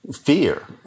fear